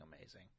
amazing